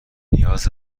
نیاز